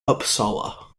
uppsala